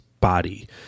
body